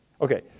Okay